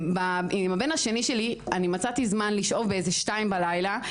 עם הבן שלי אני מצאתי זמן לשאוב ב-2:00 בלילה,